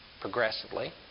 progressively